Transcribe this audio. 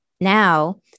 now